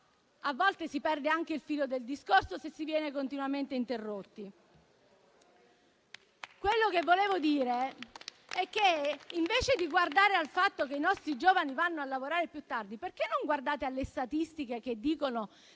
a volte si perde anche il filo del discorso, se si viene continuamente interrotti. Quello che vorrei chiedervi è perché, invece di guardare al fatto che i nostri giovani vanno a lavorare più tardi, non guardate alle statistiche, che dicono che